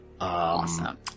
Awesome